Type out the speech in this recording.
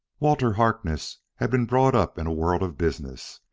walter harkness had been brought up in a world of business,